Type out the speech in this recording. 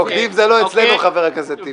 בוגדים זה לא אצלנו, חבר הכנסת טיבי.